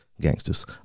gangsters